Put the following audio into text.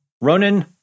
Ronan